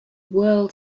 world